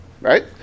Right